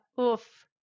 Oof